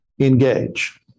Engage